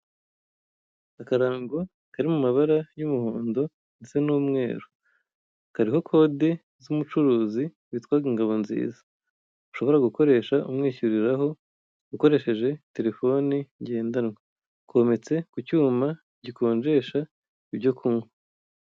Akarango kari mu mabara y'umuhondo ndetse n'umweru, kariho kode z'umucuruzi witwaga NGABO NZIZA ushobora gukoresha umwishyuriraho ukoresheje Terefone ngendanwa, kometse ku cyuma gikonjesha ibyo kunywa.